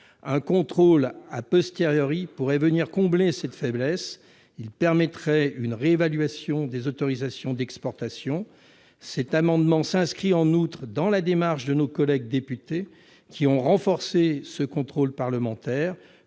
Un contrôle pourrait réparer cette faiblesse. Il permettrait une réévaluation des autorisations d'exportations. L'objet de cet amendement s'inscrit en outre dans la démarche de nos collègues députés, qui ont renforcé ce contrôle parlementaire.